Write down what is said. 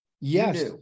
yes